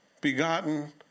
begotten